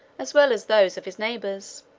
as well as those of his neighbours.